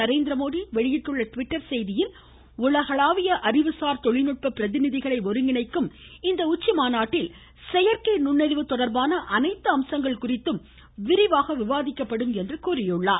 நரேந்திரமோடி வெளியிட்டுள்ள ட்விட்டர் செய்தியில் உலகளாவிய அறிவுசார் தொழில்நுட்ப பிரதிநிதிகளை ஒருங்கிணைக்கும் உச்சிமாநாட்டில் செயற்கை நுண்ணறிவு தொடர்பான அனைத்து அம்சங்கள் இந்த குறித்தும் விரிவாக விவாதிக்கப்படும் என்றார்